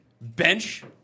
bench